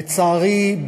לצערי,